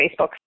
Facebook